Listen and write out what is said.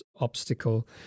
obstacle